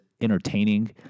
entertaining